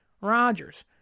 Rodgers